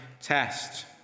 test